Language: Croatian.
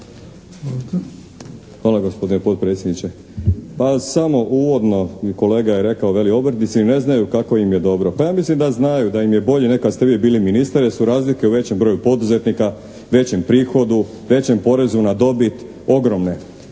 Hvala gospodine potpredsjedniče. Pa samo uvodno i kolega je rekao, veli: "Obrtnici ne znaju kako im je dobro." Pa ja mislim da znaju, da im je bolje nego kad ste vi bili ministar jer su razlike u većem broju poduzetnika, većem prihodu, većem porezu na dobit ogromne.